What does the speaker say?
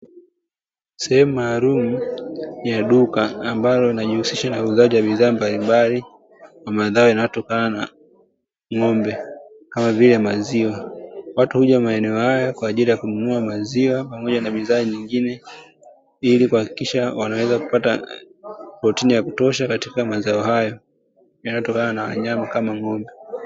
Sehemu maalumu ya duka ambalo linajihusisha na uuzaji wa bidhaa mbalimbali wa mazao yanayotokana na ng’ombe, kama vile maziwa. Watu huja maeneo haya kwa ajili ya kununua maziwa pamoja na bidhaa nyingine, ili kuhakikisha wanaweza kupata protini ya kutosha katika mazao haya yanayotokana na wanyama kama ng’ombe.